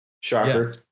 shocker